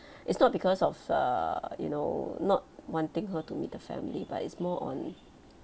it's not because of err you know not wanting her to meet the family but it's more on